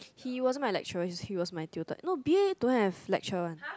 he wasn't my lecturer he is my tutor no B_A don't have lecturer one